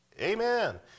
Amen